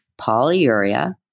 polyuria